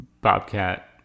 Bobcat